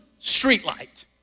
streetlight